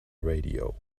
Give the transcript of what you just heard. radio